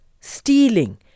stealing